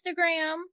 instagram